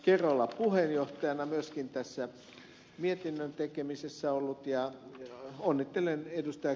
kerola puheenjohtajana ollut ja on edelleen edistää